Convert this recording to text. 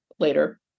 later